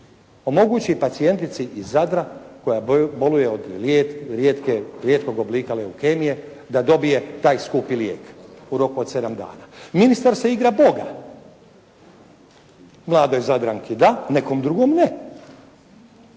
omogući pacijentici Zadra koja boluje od rijetkog oblika leukemije da dobije taj skupi lijek u roku od 7 dana. Ministar se igra Boga. Mladoj Zadranki da, nekom drugom ne